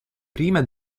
prima